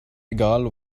egal